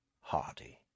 Hardy